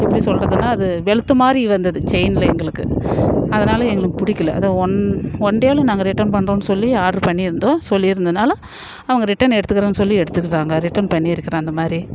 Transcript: எப்படி சொல்கிறதுனா அது வெளுத்த மாதிரி வந்துது செயினில் எங்களுக்கு அதனால் எங்களுக்கு பிடிக்கல அதான் ஒன் ஒன் டேயில நாங்க ரிட்டன் பண்றோம்னு சொல்லி ஆர்டர் பண்ணியிருந்தோம் சொல்லிருந்தனால அவங்கள் ரிட்டன் எடுத்துக்குறேனு சொல்லி எடுத்துகிட்டாங்க ரிட்டன் பண்ணிருக்குறேன் அந்தமாதிரி